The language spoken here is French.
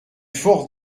fort